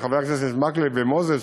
חברי הכנסת מקלב ומוזס,